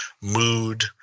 mood